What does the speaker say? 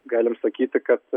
galim sakyti kad